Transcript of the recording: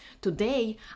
today